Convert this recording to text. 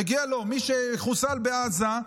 מגיע לו, מי שחוסל בעזה.